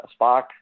Spock